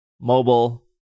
mobile